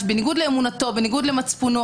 בניגוד לאמונתו ולמצפונו,